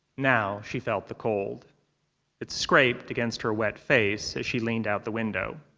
now she felt the cold it scraped against her wet face as she leaned out the window.